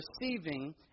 receiving